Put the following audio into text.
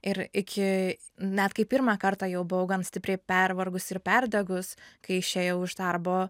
ir iki net kai pirmą kartą jau buvau gan stipriai pervargus ir perdegus kai išėjau iš darbo